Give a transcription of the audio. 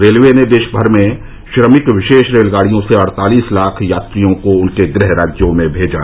railway ने देश में श्रमिक विशेष रेलगाड़ियों से अड़तालीस लाख यात्रियों को उनके गृह राज्यों में भेजा